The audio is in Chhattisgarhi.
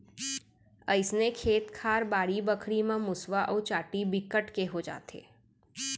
अइसने खेत खार, बाड़ी बखरी म मुसवा अउ चाटी बिकट के हो जाथे